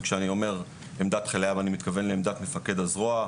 וכשאני אומר עמדת חיל הים אני מתכוון לעמדת מפקד הזרוע,